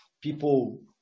people